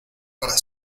para